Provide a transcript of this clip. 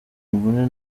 imvune